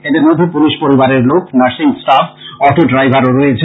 এদের মধ্যে পুলিশ পরিবারের লোক নার্সিং ষ্টাফ অটো ড্রাইভার ও রয়েছেন